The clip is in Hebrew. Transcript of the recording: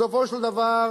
בסופו של דבר,